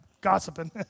gossiping